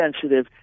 sensitive